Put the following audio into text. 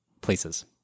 places